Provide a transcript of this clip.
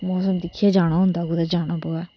मौसम दिक्खयै जाना होंदा अगर कुतै जाना होऐ ते